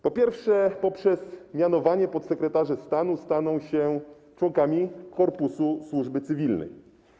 Po pierwsze, poprzez mianowanie podsekretarze stanu staną się członkami korpusu służby cywilnej.